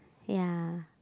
ya